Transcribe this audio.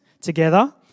together